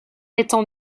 étant